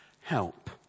help